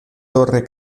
torre